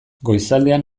goizaldean